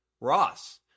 Ross